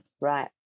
Right